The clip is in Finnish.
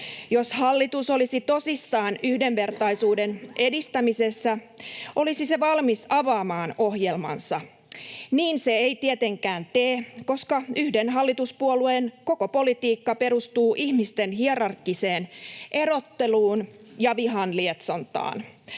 Jos hallitus olisi tosissaan yhdenvertaisuuden edistämisessä, olisi se valmis avaamaan ohjelmansa. Niin se ei tietenkään tee, koska yhden hallituspuolueen koko politiikka perustuu ihmisten hierarkkiseen erotteluun ja vihanlietsontaan.